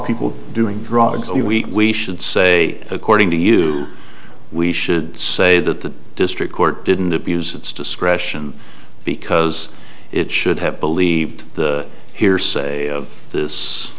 people doing drugs and we should say according to you we should say that the district court didn't abuse its discretion because it should have believed the hearsay of this